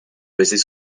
faisait